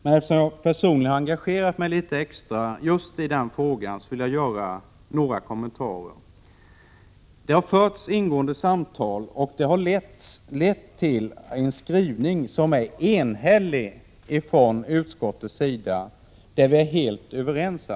Men eftersom jag personligen har engagerat mig litet extra just i den frågan vill jag göra några kommentarer. Det har förts ingående samtal, och de har lett till enhällig skrivning från utskottets sida. Vi är alltså helt överens.